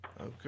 Okay